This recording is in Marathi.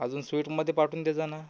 अजून स्वीटमध्ये पाठवून देजा ना